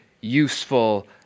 useful